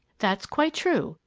that's quite true,